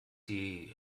die